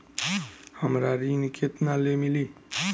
हमरा ऋण केतना ले मिली?